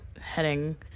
heading